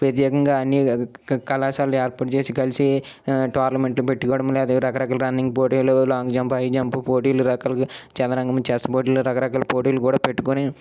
ప్రత్యేకంగా అన్ని కళాశాల ఏర్పాటు చేసి కలిసి టొర్లమెంట్ పెట్టుకోవడం లేదా రకరకాల రన్నింగ్ పోటీలు లాంగ్ జంప్ హై జంప్ పోటీలు రకాలుగా చదరంగము చెస్ బోర్డ్ రకరకాల పోటీలు కూడా పెట్టుకుని